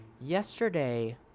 Yesterday